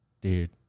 Dude